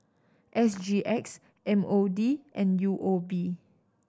S G X M O D and U O B